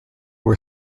were